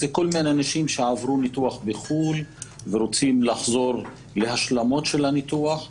זה כל מיני אנשים שעברו ניתוח בחו"ל ורוצים לחזור להשלמות של הניתוח,